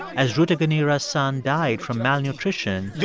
as rutaganira's son died from malnutrition. yeah